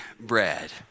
bread